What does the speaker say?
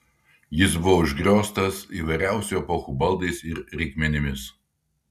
jis buvo užgrioztas įvairiausių epochų baldais ir reikmenimis